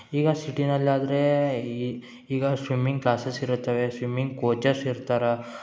ಈಗ ಸಿಟಿನಲ್ಲಾದರೆ ಈಗ ಸ್ವಿಮ್ಮಿಂಗ್ ಕ್ಲಾಸಸ್ ಇರುತ್ತವೆ ಸ್ವಿಮ್ಮಿಂಗ್ ಕೋಚರ್ಸ್ ಇರ್ತಾರ